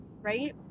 right